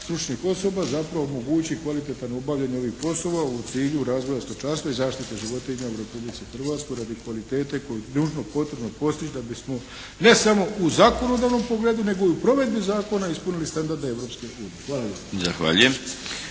stručnih osoba, zapravo omogući kvalitetno obavljanje ovih poslova u cilju razvoja stočarstva i zaštite životinja u Republici Hrvatskoj radi kvalitete koju je nužno potrebno postići da bismo ne samo u zakonodavnom pogledu nego i u provedbi zakona ispunili standarde Europske unije. Hvala